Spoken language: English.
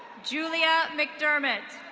julia mcdermott.